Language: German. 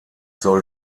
soll